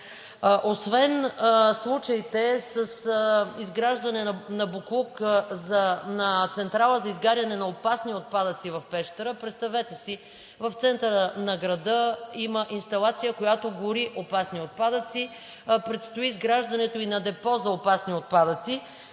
Освен случаите с изграждане на централа за изгаряне на опасни отпадъци в Пещера, представете си, в центъра на града има инсталация, която гори опасни отпадъци, предстои изграждането и на депо за опасни отпадъци.